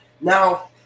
Now